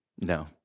No